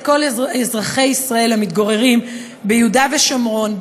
כל אזרחי ישראל המתגוררים ביהודה ושומרון,